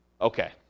okay